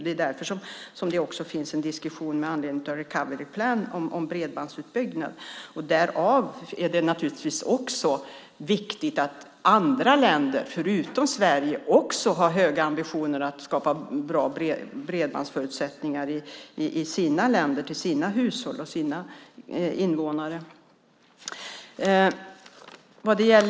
Det är därför som det också finns en diskussion med anledning av Recovery Plan om bredbandsutbyggnad. Därmed är det naturligtvis viktigt att andra länder, förutom Sverige, också har höga ambitioner att skapa bra bredbandsförutsättningar i sina länder för sina hushåll och sina invånare.